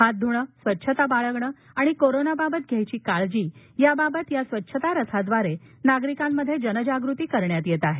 हात धुणे स्वच्छता बाळगणे आणि कोरोनाबाबत घ्यायची काळजी याबाबतया स्वच्छता रथाद्वारे नागरीकांमध्ये जनजागृती करण्यात येत आहे